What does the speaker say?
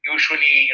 Usually